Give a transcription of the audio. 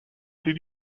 did